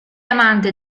amante